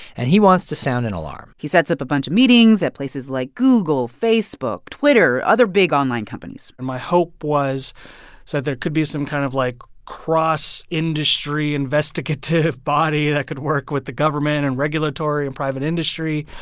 and he wants to sound an alarm he sets up a bunch of meetings at places like google, facebook, twitter, other big online companies and my hope was is that so there could be some kind of, like, cross-industry investigative body that could work with the government and regulatory and private industry.